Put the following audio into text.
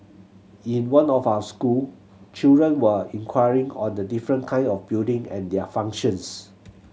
in one of our school children were inquiring on the different kind of building and their functions